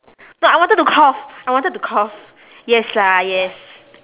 no I wanted to cough I wanted to cough yes lah yes